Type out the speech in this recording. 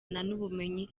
n’ubumenyi